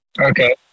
Okay